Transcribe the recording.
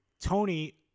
Tony